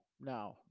no